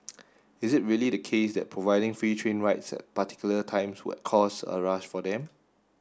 is it really the case that providing free train rides at particular times would cause a rush for them